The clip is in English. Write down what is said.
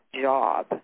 job